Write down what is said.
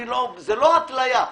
זה לא התליה.